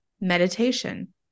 meditation